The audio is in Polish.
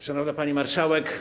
Szanowna Pani Marszałek!